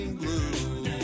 blue